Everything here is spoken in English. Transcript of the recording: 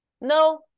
no